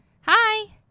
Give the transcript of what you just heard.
Hi